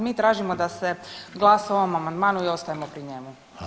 Mi tražimo da se glasa o ovom amandmanu i ostajemo pri njemu.